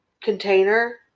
container